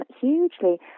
hugely